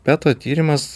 peto tyrimas